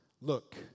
look